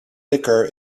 liquor